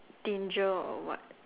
danger or what